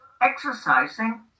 exercising